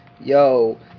yo